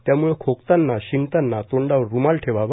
त्याम्ळे खोकताना शिंकताना तोंडावर रुमाल ठेवावा